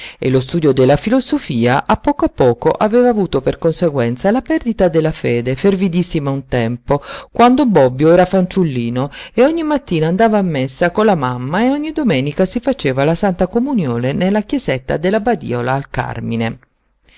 e lo studio della filosofia a poco a poco aveva avuto per conseguenza la perdita della fede fervidissima un tempo quando bobbio era fanciullino e ogni mattina andava a messa con la mamma e ogni domenica si faceva la santa comunione nella chiesetta della badiola al carmine